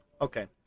Okay